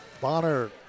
Bonner